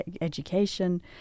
Education